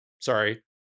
sorry